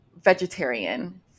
vegetarian